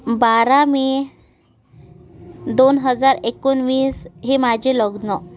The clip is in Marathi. बारा मे दोन हजार एकोणवीस हे माझे लग्न